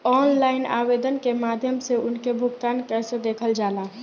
Online आवेदन के माध्यम से उनके भुगतान कैसे देखल जाला?